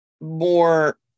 more